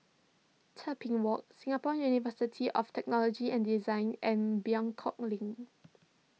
Tebing Walk Singapore University of Technology and Design and Buangkok Link